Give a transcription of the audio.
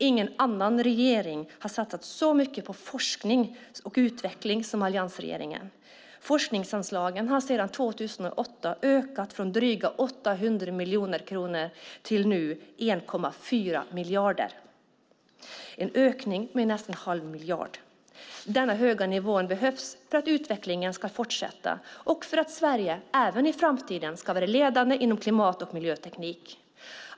Ingen annan regering har satsat så mycket på forskning och utveckling som alliansregeringen. Forskningsanslagen har från 2008 ökat från 800 miljoner kronor till nu 1,4 miljarder. Det är en ökning med nästan en halv miljard. Denna höga nivå behövs för att utvecklingen ska fortsätta och för att Sverige även i framtiden ska vara ledande inom klimat och miljöteknik.